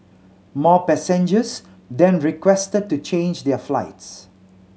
more passengers then requested to change their flights